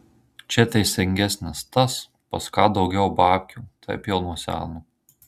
čia teisingesnis tas pas ką daugiau babkių taip jau nuo seno